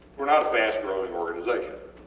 were not a fast-growing organization.